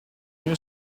new